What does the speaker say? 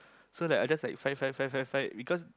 so like I just like fight fight fight fight fight because